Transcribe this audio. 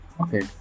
Okay